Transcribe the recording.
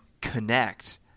connect